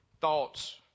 thoughts